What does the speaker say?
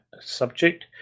subject